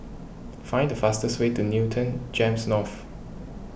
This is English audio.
find the fastest way to Newton Gems North